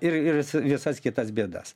ir ir visas kitas bėdas